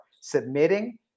submitting